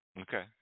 Okay